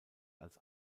als